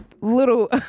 little